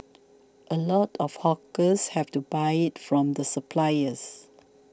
a lot of hawkers have to buy it from the suppliers